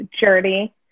journey